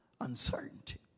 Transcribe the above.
uncertainty